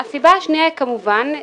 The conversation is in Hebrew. הסיבה השנייה היא כמובן,